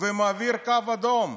ומעביר קו אדום.